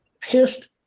pissed